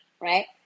right